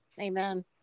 Amen